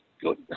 good